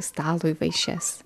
stalui vaišes